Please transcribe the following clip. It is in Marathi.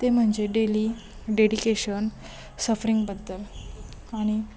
ते म्हणजे डेली डेडिकेशन सफरिंगबद्दल आणि